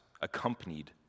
accompanied